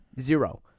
Zero